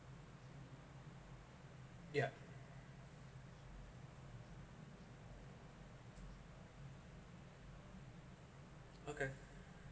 yeah okay